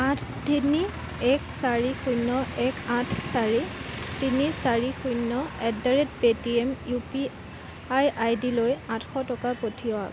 আঠ তিনি এক চাৰি শূন্য এক আঠ চাৰি তিনি চাৰি শূন্য at the rate Paytm U P I আইডিলৈ আঠশ টকা পঠিৱাওক